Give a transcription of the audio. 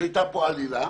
שהייתה כאן עלילה.